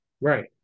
Right